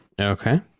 Okay